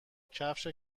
کفش